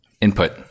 input